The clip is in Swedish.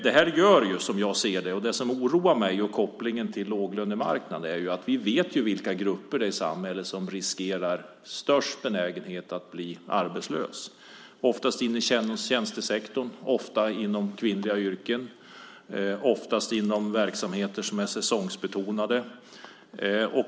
Det som oroar mig - det gäller kopplingen till låglönemarknaden - är att vi vet vilka grupper det är i samhället som har störst benägenhet att bli arbetslösa. Det är oftast inom tjänstesektorn, ofta inom kvinnliga yrken och oftast inom verksamheter som är säsongsbetonade.